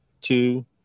two